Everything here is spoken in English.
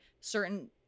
certain